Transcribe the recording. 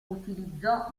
utilizzò